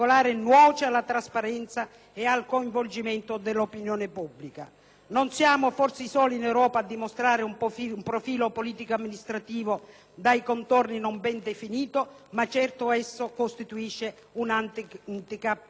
Non siamo forse i soli in Europa a dimostrare un profilo politico-amministrativo dai contorni non ben definiti, ma certo esso costituisce un *handicap* democratico non indifferente.